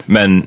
Men